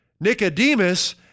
Nicodemus